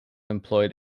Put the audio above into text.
employed